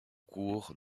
cours